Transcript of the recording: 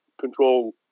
control